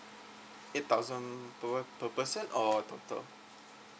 eight thousand per per person or total